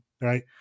right